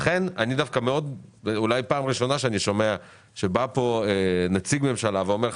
זאת אולי פעם ראשונה שדאני שומע שבא לכאן נציג ממשלה ואומר,